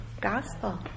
gospel